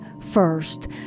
first